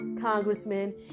congressman